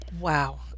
Wow